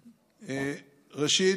ראשית,